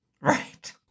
Right